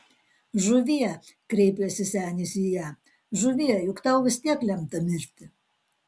žuvie kreipėsi senis į ją žuvie juk tau vis tiek lemta mirti